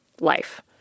life